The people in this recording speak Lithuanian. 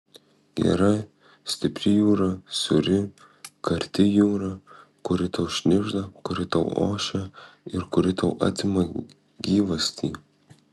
gera stipri jūra sūri karti jūra kuri tau šnibžda kuri tau ošia ir kuri tau atima gyvastį